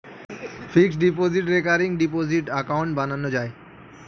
fixed deposit, recurring deposit account বানানো যায়